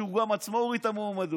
שהוא עצמו הוריד את המועמדות.